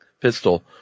pistol